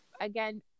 again